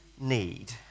need